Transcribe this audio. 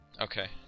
Okay